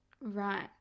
Right